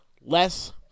less